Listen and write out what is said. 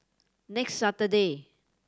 next Saturday